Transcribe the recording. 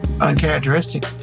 uncharacteristic